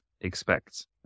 expect